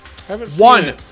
one